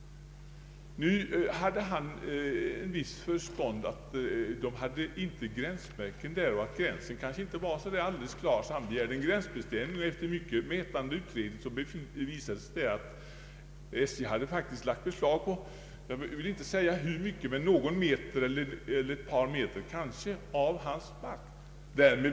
Nu fanns det inga gränsmärken. Ägrogränsen var kanske inte så klar, och markägaren begärde därför en grämsbestämning. Efter mycket mätande och utredande visade det sig att SJ faktiskt hade lagt beslag på, jag kan inte säga hur mycket, men i varje fall några kvadratmeter av hans mark.